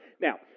Now